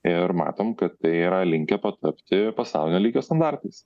ir matom kad tai yra linkę tapti pasaulinio lygio standartais